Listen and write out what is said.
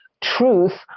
truth